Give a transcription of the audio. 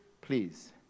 please